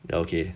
then okay